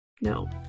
No